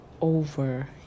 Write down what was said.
over